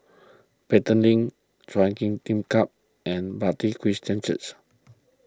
Pelton Link Chui Huay Lim Club and Bartley Christian Church